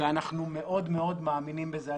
ואנחנו מאוד מאוד מאמינים בזה.